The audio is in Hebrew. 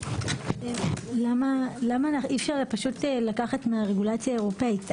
למה אי אפשר פשוט לקחת מהרגולציה האירופאית?